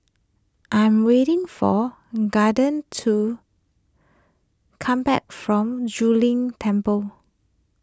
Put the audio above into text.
I'm waiting for Kaden to come back from Zu Lin Temple